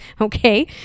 okay